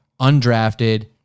undrafted